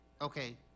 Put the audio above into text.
Okay